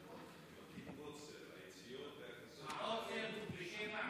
בשעה 16:00 יש עוצר.